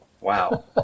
Wow